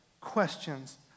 questions